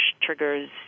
triggers